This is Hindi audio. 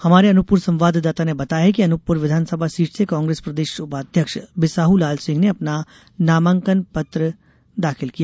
हमारे अनूपपुर संवादादाता ने बताया है कि अनूपपुर विधानसभा सीट से कांग्रेस प्रदेश उपाध्यक्ष बिसाहलाल सिंह ने अपना नामांकन पत्र दाखिल किया